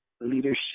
leadership